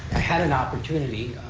i had an opportunity,